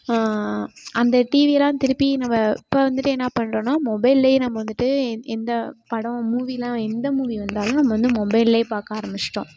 அந்த டிவியை தான் திருப்பி நம்ம இப்போ வந்துட்டு என்ன பண்ணுறோன்னா மொபைல்லையே நம்ம வந்துவிட்டு எ எந்தப் படம் மூவியெல்லாம் எந்த மூவி வந்தாலும் நம்ம வந்து மொபைல்லேயே பார்க்க ஆரம்பிச்சுட்டோம்